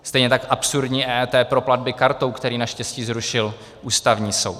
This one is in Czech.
Stejně tak absurdní EET pro platby kartou, které naštěstí zrušil Ústavní soud.